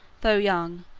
though young,